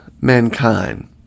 mankind